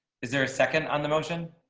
is there a second on the motion.